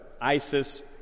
ISIS